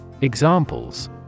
Examples